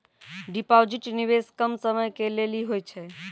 Deposit निवेश कम समय के लेली होय छै?